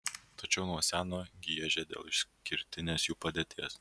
tačiau nuo seno giežė dėl išskirtinės jų padėties